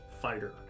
Fighter